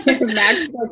Max